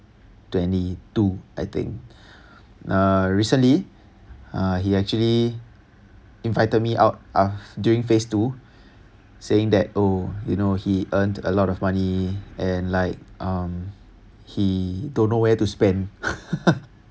twenty two I think uh recently uh he actually invited me out uh during phase two saying that oh you know he earned a lot of money and like um he don't know where to spend